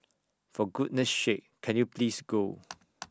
for goodness sake can you please go